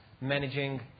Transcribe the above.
managing